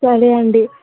సరే అండి